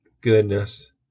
goodness